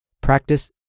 Practice